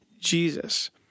Jesus